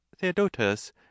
theodotus